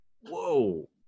Whoa